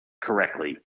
correctly